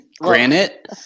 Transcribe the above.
Granite